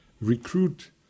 recruit